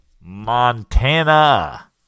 Montana